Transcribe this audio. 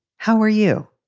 how are you?